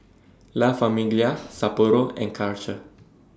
La Famiglia Sapporo and Karcher